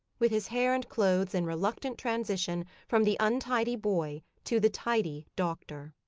with his hair and clothes in reluctant transition from the untidy boy to the tidy doctor.